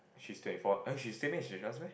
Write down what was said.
she's twenty four eh she same age as us meh